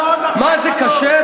מה, זה קשה?